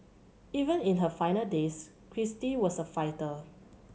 even in her final days Kristie was a fighter